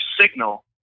signal